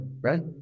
right